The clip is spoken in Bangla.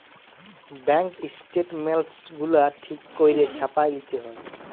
ব্যাংক ইস্ট্যাটমেল্টস গুলা ঠিক ক্যইরে ছাপাঁয় লিতে হ্যয়